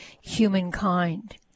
humankind